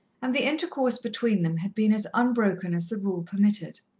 and the intercourse between them had been as unbroken as the rule permitted.